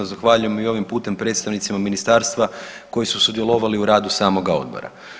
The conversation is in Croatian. Zahvaljujem i ovim putem predstavnicima ministarstva koji su sudjelovali u radu samoga Odbora.